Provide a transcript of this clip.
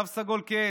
תו סגול כהה,